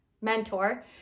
mentor